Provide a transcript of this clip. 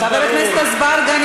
חבר הכנסת אזברגה,